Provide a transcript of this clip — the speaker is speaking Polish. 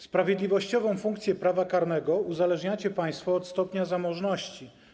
Sprawiedliwościową funkcję prawa karnego uzależniacie państwo od stopnia zamożności.